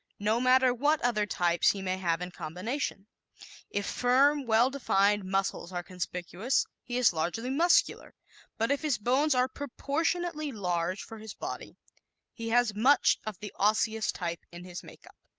no matter what other types he may have in combination if firm, well-defined muscles are conspicuous, he is largely muscular but if his bones are proportionately large for his body he has much of the osseous type in his makeup.